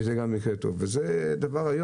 וזה גם במקרה הטוב.